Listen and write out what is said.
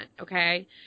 okay